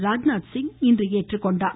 ராஜ்நாத்சிங் ஏற்றுக்கொண்டார்